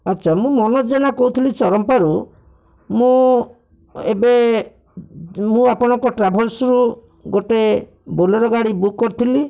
ଆଚ୍ଛା ମୁଁ ମୋନଜ ଜେନା କହୁଥିଲି ଚରମ୍ପାରୁ ମୁଁ ଏବେ ମୁଁ ଆପଣଙ୍କ ଟ୍ରାଭେଲ୍ସରୁ ଗୋଟେ ବୋଲରୋ ଗାଡ଼ି ବୁକ୍ କରିଥିଲି